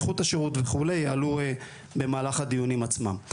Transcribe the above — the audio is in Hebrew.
איכות השירות וכו' יעלו במהלך הדיונים עצמם.